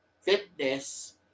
Fitness